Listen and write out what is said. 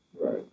Right